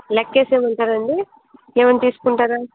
లెక్క వేసేయమంటారా అండి ఏమైనా తీసుకుంటారా